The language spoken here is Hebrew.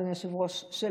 אדוני היושב-ראש,